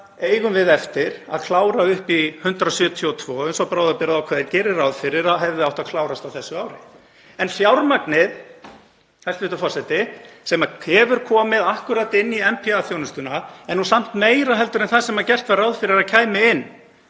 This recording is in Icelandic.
eigum við eftir að klára upp í 172 eins og bráðabirgðaákvæðið gerir ráð fyrir að hefðu átt að klárast á þessu ári. En fjármagnið, hæstv. forseti, sem hefur komið akkúrat inn í NPA-þjónustuna er samt meira en það sem gert var ráð fyrir að kæmi inn